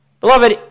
Beloved